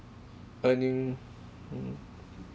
earning mm